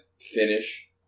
finish